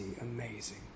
amazing